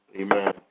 Amen